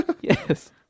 Yes